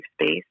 space